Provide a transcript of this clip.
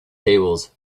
tables